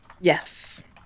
yes